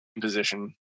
position